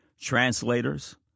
Translators